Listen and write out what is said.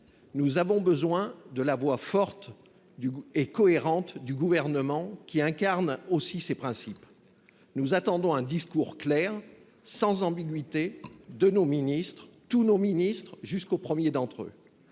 Nous avons besoin de la voix forte et cohérente du Gouvernement, qui incarne aussi ces principes. Nous attendons un discours clair, sans ambiguïté de nos ministres, de tous nos ministres, jusqu’au Premier d’entre eux